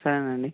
సరేనండి